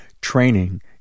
training